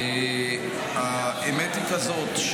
האמת היא כזאת,